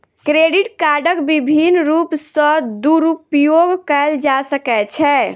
credit कार्डक विभिन्न रूप सॅ दुरूपयोग कयल जा सकै छै